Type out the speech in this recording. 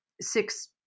six